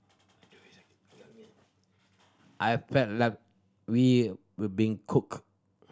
I felt like we were being cooked